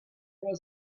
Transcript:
was